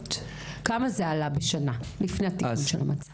העלויות כמה זה עלה לפני התיקון.